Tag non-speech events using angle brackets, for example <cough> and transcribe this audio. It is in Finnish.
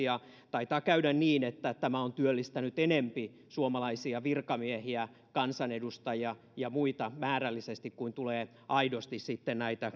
<unintelligible> ja taitaa käydä niin että tämä on työllistänyt määrällisesti enempi suomalaisia virkamiehiä kansanedustajia ja muita kuin mitä tämä tulee aidosti näitä <unintelligible>